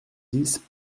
dix